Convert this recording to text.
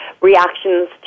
reactions